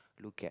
look at